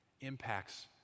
impacts